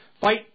fight